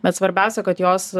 bet svarbiausia kad jos